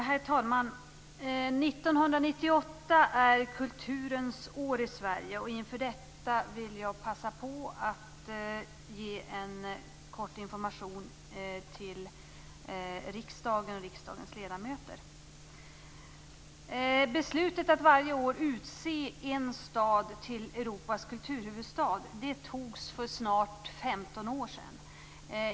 Herr talman! 1998 är kulturens år i Sverige, och jag vill inför detta ge en kort information till riksdagen och dess ledamöter. Beslutet att varje år utse en stad till Europas kulturhuvudstad togs för snart 15 år sedan.